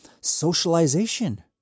socialization